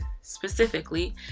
specifically